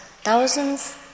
thousands